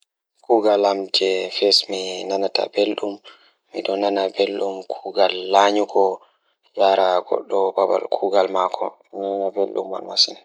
Kuugal am jei yi'amo Nokku ngam fiyaangu ngal oɗɗo ko waɗii e dow njangu ɗum leemuna wonde e maɓɓe ngal njam. Mi waɗi njiddaade ngal e hoore ngal ngoni rewɓe ngal ngam njangol ngal rewɓe ngal.